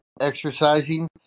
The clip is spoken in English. exercising